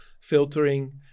filtering